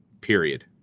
period